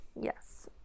Yes